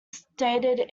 stated